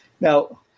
Now